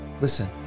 Listen